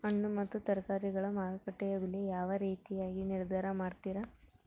ಹಣ್ಣು ಮತ್ತು ತರಕಾರಿಗಳ ಮಾರುಕಟ್ಟೆಯ ಬೆಲೆ ಯಾವ ರೇತಿಯಾಗಿ ನಿರ್ಧಾರ ಮಾಡ್ತಿರಾ?